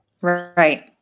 Right